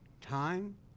time